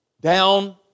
down